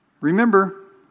Remember